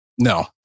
No